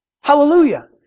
Hallelujah